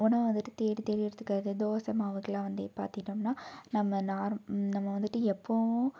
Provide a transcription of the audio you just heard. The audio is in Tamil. உணவை வந்துட்டு தேடி தேடி எடுத்துக்கிறது தோசை மாவுக்கெல்லாம் வந்து பார்த்திட்டோம்னா நம்ம நார் நம்ம வந்துட்டு எப்பவும்